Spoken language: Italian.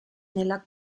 nella